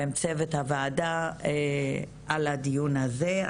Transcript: ועם צוות הוועדה על הדיון הזה.